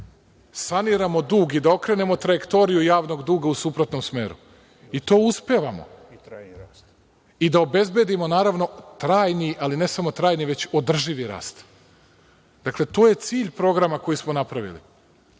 saniramo dug i da okrenemo trajektoriju javnog duga u suprotnom smeru i to uspevamo, i da obezbedimo naravno trajni, ali ne samo trajni, već održivi rast. Dakle, to je cilj programa koje smo napravili.